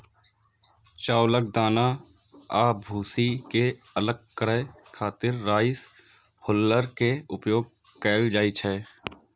चावलक दाना आ भूसी कें अलग करै खातिर राइस हुल्लर के उपयोग कैल जाइ छै